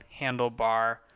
handlebar